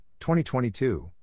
2022